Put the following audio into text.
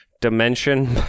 dimension